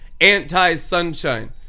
Anti-sunshine